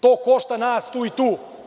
To košta nas tu i tu.